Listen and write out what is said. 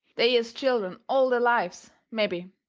they is children all their lives, mebby,